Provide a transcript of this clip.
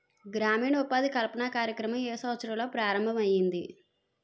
గ్రామీణ ఉపాధి కల్పన కార్యక్రమం ఏ సంవత్సరంలో ప్రారంభం ఐయ్యింది?